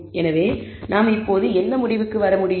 எனவே இப்போது நாம் என்ன முடிவுக்கு வர முடியும்